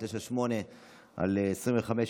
פ/2198/25,